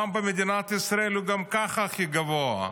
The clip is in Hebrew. המע"מ במדינת ישראל הוא גם ככה הכי גבוה,